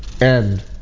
End